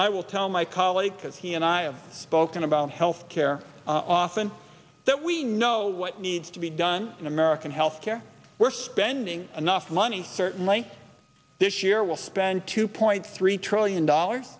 i will tell my colleagues because he and i have spoken about health care often that we know what needs to be done in american health care we're spending enough money certainly this year we'll spend two point three trillion dollars